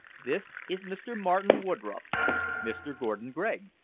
this is mr. martin woodroffe mr. gordon gregg.